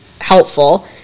helpful